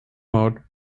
mode